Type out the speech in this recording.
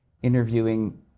interviewing